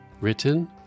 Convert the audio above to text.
Written